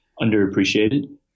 underappreciated